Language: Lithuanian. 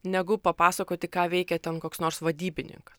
negu papasakoti ką veikia ten koks nors vadybininkas